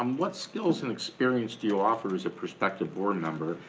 um what skills and experience do you offer as a prospective board member?